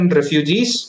refugees